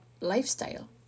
lifestyle